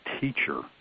teacher